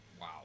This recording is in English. Wow